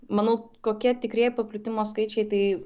manau kokie tikrieji paplitimo skaičiai tai